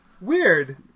Weird